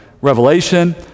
Revelation